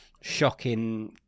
shocking